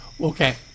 Okay